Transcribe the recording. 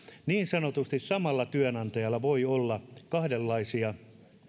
niin sanotusti samalla työnantajalla voi olla kahdenlaisia